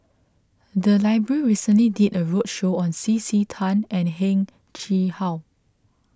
the library recently did a roadshow on C C Tan and Heng Chee How